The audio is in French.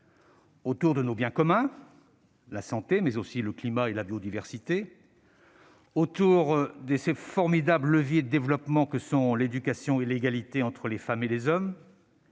autour de nos biens communs- la santé, mais aussi le climat et la biodiversité -, autour de ces formidables leviers de développement que sont l'éducation et l'égalité entre les femmes et les hommes,